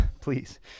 Please